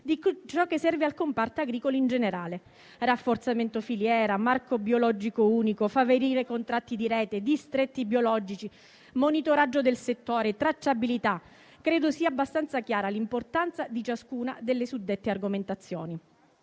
di ciò che serve al comparto agricolo in generale: rafforzamento filiera, marchio biologico unico, favorire i contratti di rete, distretti biologici, monitoraggio del settore, tracciabilità. Credo sia abbastanza chiara l'importanza di ciascuna delle suddette argomentazioni.